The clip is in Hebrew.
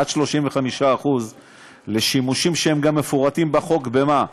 עד 35% לשימושים שהם גם מפורטים בחוק, במה?